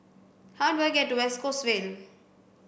how do I get to West Coast Vale